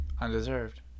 Undeserved